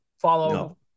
follow